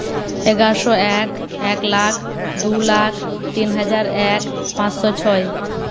এগারোশো এক এক লাখ দু লাখ তিন হাজার এক পাঁচশো ছয়